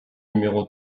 numéro